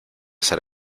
ser